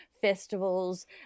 festivals